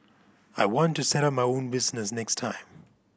I want to set up my own business next time